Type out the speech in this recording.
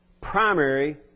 primary